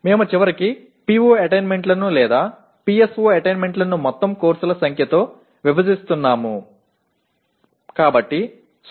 ஆனால் இறுதியாக PO சாதனைகள் அல்லது PSO சாதனைகளை மொத்த பாடங்களின் எண்ணிக்கையால் வகுக்கிறோம் எனவே 0